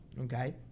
okay